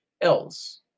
else